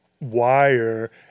wire